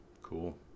cool